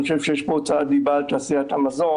אני חושב שיש פה הוצאת דיבה על תעשיית המזון.